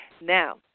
Now